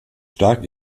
stark